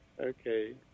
Okay